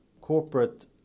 corporate